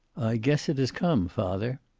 guess it has come, father.